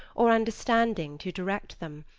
or understanding to direct them,